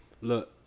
look